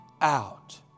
out